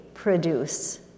produce